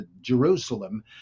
Jerusalem